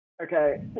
Okay